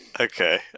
Okay